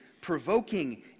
provoking